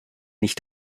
nicht